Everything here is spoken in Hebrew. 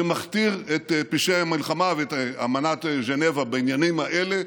שמכתיר את פשעי המלחמה ואת אמנת ז'נבה בעניינים האלה,